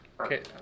Okay